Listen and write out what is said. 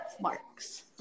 marks